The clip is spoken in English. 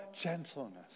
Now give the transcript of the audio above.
gentleness